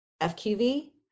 FQV